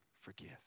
forgive